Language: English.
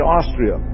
Austria